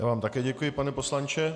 Já vám také děkuji, pane poslanče.